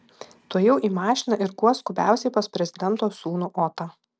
tuojau į mašiną ir kuo skubiausiai pas prezidento sūnų otą